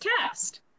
cast